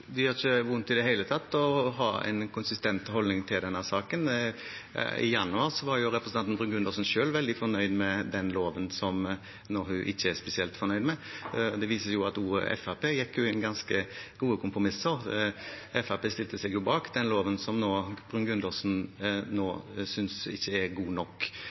ikke vondt i det hele tatt å ha en konsistent holdning til denne saken. I januar var jo representanten Bruun-Gundersen selv veldig fornøyd med den loven som hun nå ikke er spesielt fornøyd med. Det viser at også Fremskrittspartiet inngikk ganske store kompromisser, Fremskrittspartiet stilte seg jo bak den loven som Bruun-Gundersen nå ikke synes er god nok. Jeg kan ikke svare for andre enn meg selv, men jeg synes det er